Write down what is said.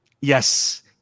Yes